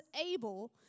able